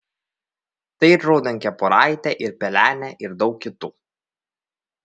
tai ir raudonkepuraitė ir pelenė ir daug kitų